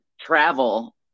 travel